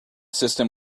system